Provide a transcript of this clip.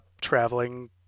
traveling